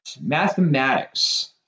Mathematics